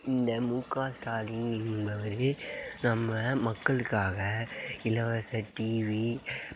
இந்த முக ஸ்டாலின் என்பவர் நம்ம மக்களுக்காக இலவச டிவி